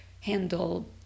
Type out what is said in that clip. handle